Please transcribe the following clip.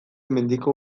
mendiko